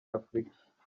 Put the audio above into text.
afurika